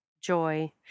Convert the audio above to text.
joy